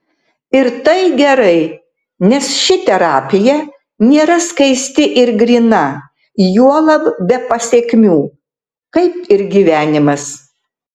ir tai gerai nes ši terapija nėra skaisti ir gryna juolab be pasekmių kaip ir gyvenimas